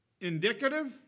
indicative